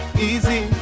Easy